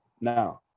Now